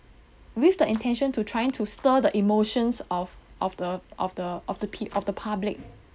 with the intention to trying to stir the emotions of of the of the of the p~ of the public